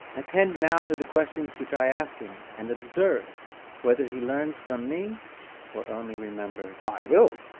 attend now to the questions which i ask him, and observe whether he learns from me or only remembers. i will.